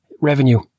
revenue